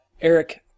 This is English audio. Eric